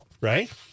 Right